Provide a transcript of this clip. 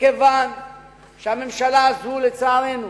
מכיוון שהממשלה הזו, לצערנו,